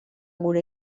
gure